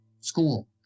school